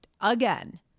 again